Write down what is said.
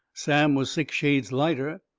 sam was six shades lighter.